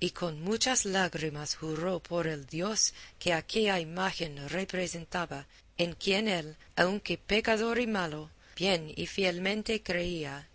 y con muchas lágrimas juró por el dios que aquella imagen representaba en quien él aunque pecador y malo bien y fielmente creía